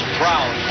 proud